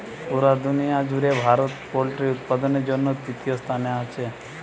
পুরা দুনিয়ার জুড়ে ভারত পোল্ট্রি উৎপাদনের জন্যে তৃতীয় স্থানে আছে